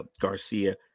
Garcia